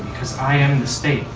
because i am the state.